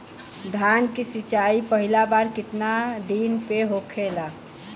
धान के सिचाई पहिला बार कितना दिन पे होखेला?